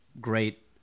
great